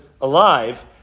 alive